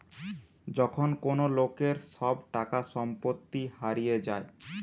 যখন কোন লোকের সব টাকা সম্পত্তি হারিয়ে যায়